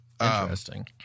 interesting